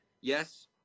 yes